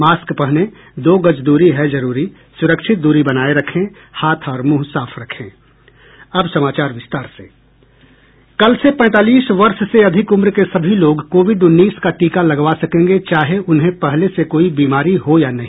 mask पहनें दो गज दूरी है जरूरी सुरक्षित दूरी बनाये रखें हाथ और मुंह साफ रखें अब समाचार विस्तार से कल से पैंतालीस वर्ष से अधिक उम्र के सभी लोग कोविड उन्नीस का टीका लगवा सकेंगे चाहे उन्हें पहले से कोई बीमारी हो या नहीं